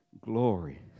Glory